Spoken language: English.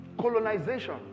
Colonization